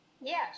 Yes